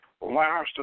Last